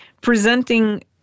presenting